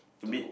to meet